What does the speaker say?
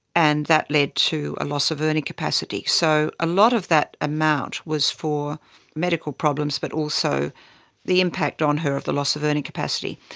and that led to a loss of earning capacity. so a lot of that amount was for medical problems but also the impact on her of the loss of earning capacity.